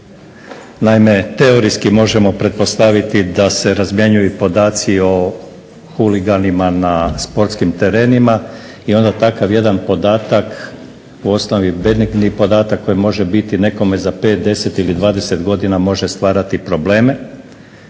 Naime, teorijski možemo pretpostaviti da se razmjenjuju podacima o huliganima na sportskim terenima i onda takav jedan podatak, u osnovi benigni podatak koji može biti nekome za 5, 10 ili 20 godina može stvarati probleme,